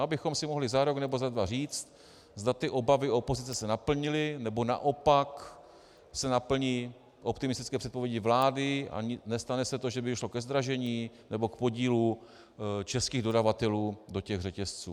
Abychom si mohli za rok nebo za dva říct, zda obavy opozice se naplnily, nebo naopak se naplní optimistické předpovědi vlády a nestane se to, že by došlo ke zdražení nebo k podílu českých dodavatelů do řetězců.